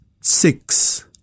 six